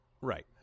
Right